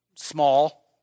Small